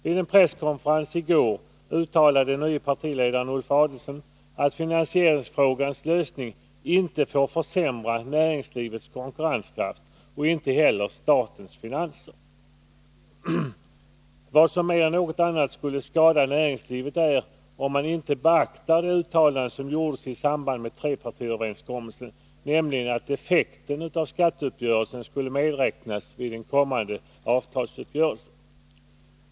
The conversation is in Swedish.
Vid en presskonferens i går uttalade den nye partiledaren Ulf Adelsohn att finansieringsfrågans lösning inte får försämra näringslivets konkurrenskraft och inte heller statens finanser. Vad som mer än något annat skulle skada näringslivet är om man inte beaktar det uttalande som gjordes i samband med trepartiöverenskommelsen, nämligen att effekten av skatteuppgörelsen skulle medräknas vid den kommande avtalsuppgörelsen.